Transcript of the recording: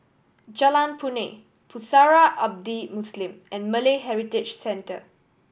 Jalan Punai Pusara Abadi Muslim and Malay Heritage Centre